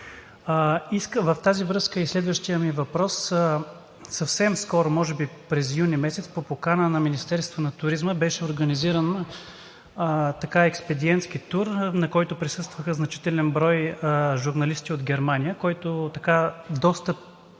В тази връзка е и следващият ми въпрос. Съвсем скоро, може би през юни месец, по покана на Министерството на туризма беше организиран експедиентски тур, на който присъстваха значителен брой журналисти от Германия. Той беше